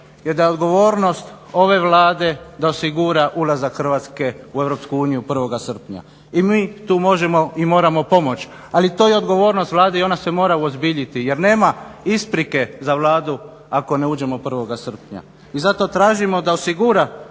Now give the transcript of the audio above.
jest da je odgovornost ove Vlade da osigura ulazak Hrvatske u EU 1. srpnja. I mi tu možemo i moramo pomoći, ali to je odgovornost Vlade i ona se mora uozbiljiti jer nema isprike za Vladu ako ne uđemo 1. srpnja. I zato tražimo da osigura